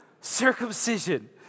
circumcision